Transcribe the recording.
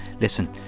listen